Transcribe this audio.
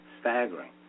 staggering